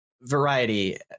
variety